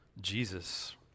Jesus